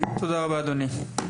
תודה רבה, אדוני.